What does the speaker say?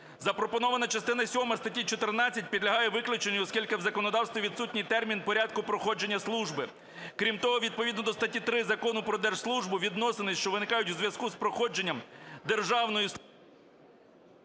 Запропонована частина сьома статті 14 підлягає виключенню, оскільки в законодавстві відсутній термін порядку проходження служби. Крім того, відповідно до статті 3 Закону про держслужбу відносини, що виникають у зв'язку з проходженням державної…